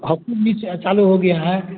hockey भी चा चालू हो गया है